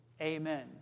Amen